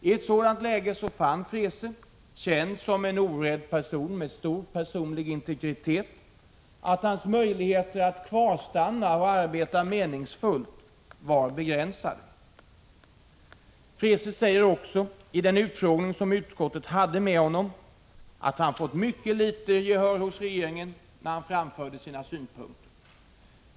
I ett sådant läge fann Freese, känd som en orädd person med stor personlig integritet, att hans möjligheter att kvarstanna och arbeta meningsfullt var begränsade. Freese säger i den utfrågning som utskottet hade med honom att han fått mycket litet gehör hos regeringen när han framförde sina synpunkter.